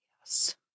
Yes